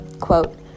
quote